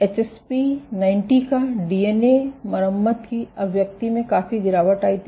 HSP90 का DNA मरम्मत की अभिव्यक्ति में काफी गिरावट आई थी